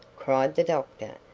cried the doctor.